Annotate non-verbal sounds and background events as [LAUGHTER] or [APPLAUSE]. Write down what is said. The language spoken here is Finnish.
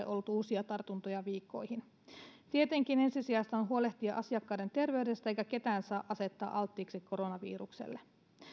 [UNINTELLIGIBLE] ollut uusia tartuntoja viikkoihin tietenkin ensisijaista on huolehtia asiakkaiden terveydestä eikä ketään saa asettaa alttiiksi koronavirukselle